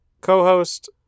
co-host